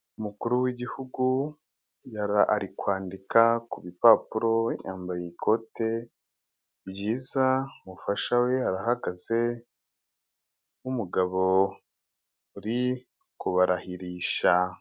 Umukuru w'igihugu ari kwandika kupapuro yambaye ikote ryiza, umufasha we arahagaze n'umugabo uri kubarahirisha.